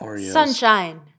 Sunshine